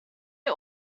are